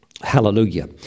Hallelujah